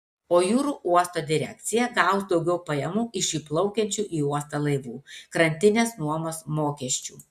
o jūrų uosto direkcija gaus daugiau pajamų iš įplaukiančių į uostą laivų krantinės nuomos mokesčių